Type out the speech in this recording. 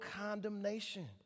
condemnation